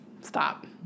stop